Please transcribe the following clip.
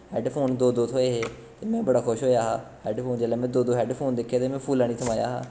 head phone दो दो थ्होए हे ते में बड़ा खुश होएआ हा हैड फोन जेल्लै में दो दो हैड फोन दिक्खे ते में फूलै नी समाया हा